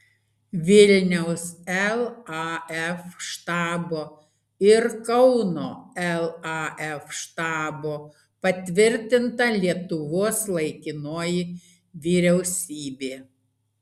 vilniaus laf štabo ir kauno laf štabo patvirtinta lietuvos laikinoji vyriausybė